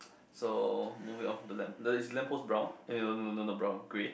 so moving on from the lamp the is the lamp post brown eh no no no no no not brown grey